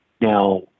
Now